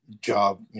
job